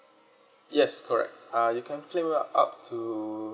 yes correct ah you claim up to